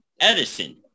Edison